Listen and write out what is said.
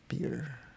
beer